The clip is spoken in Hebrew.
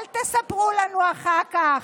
אל תספרו לנו אחר כך,